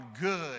good